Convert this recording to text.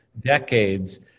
decades